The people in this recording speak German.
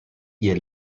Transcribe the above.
ihr